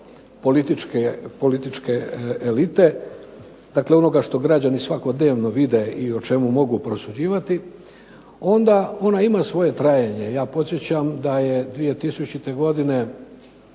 političke elite, dakle ono što građani svakodnevno vide i o čemu mogu prosuđivati, onda ona ima svoje trajanje. Ja podsjećam da je 2000. godine